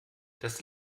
das